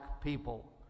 people